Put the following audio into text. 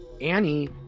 Annie